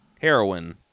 Heroin